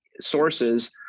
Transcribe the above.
sources